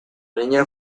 niña